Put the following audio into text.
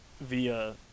via